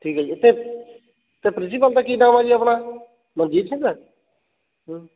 ਠੀਕ ਹੈ ਜੀ ਅਤੇ ਅਤੇ ਪ੍ਰਿੰਸੀਪਲ ਦਾ ਕੀ ਨਾਮ ਆ ਜੀ ਆਪਣਾ ਮਨਜੀਤ ਸਿੰਘ